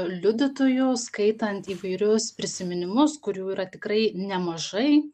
liudytojų skaitant įvairius prisiminimus kurių yra tikrai nemažai